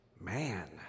man